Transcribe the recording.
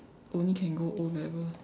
only can go O-level